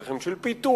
צרכים של פיתוח,